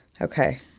Okay